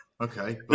okay